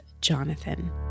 Jonathan